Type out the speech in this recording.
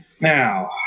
Now